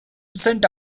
sent